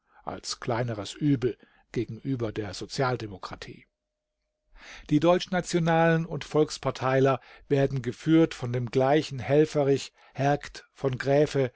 als kleineres übel gegenüber der sozialdemokratie die deutschnationalen und volksparteiler werden geführt von den gleichen helfferich hergt v